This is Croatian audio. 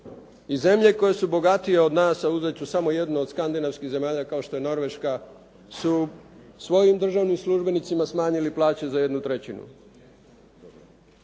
I zemlje koje su bogatije od nas, a uzeti ću samo jednu od skandinavskih zemalja kao što je Norveška, su svojim državnim službenicima smanjili plaće za 1/3. Mi